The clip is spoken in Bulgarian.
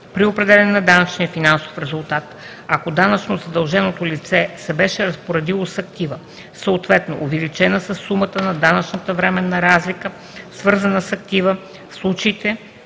при определяне на данъчния финансов резултат, ако данъчно задълженото лице се беше разпоредило с актива, съответно увеличена със сумата на данъчната временна разлика, свързана с актива, в случаите,